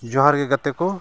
ᱡᱚᱦᱟᱨ ᱜᱮ ᱜᱟᱛᱮ ᱠᱚ